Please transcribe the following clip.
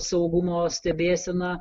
saugumo stebėseną